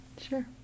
Sure